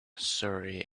surrey